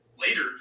later